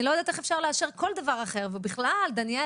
אני לא יודעת איך אפשר לאשר כל דבר אחר ובכלל דניאל,